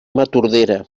tordera